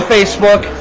Facebook